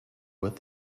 with